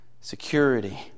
security